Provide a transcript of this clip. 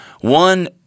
One